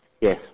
Yes